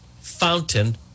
Fountain